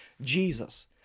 Jesus